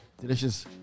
delicious